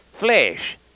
Flesh